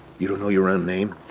you don't know your own name?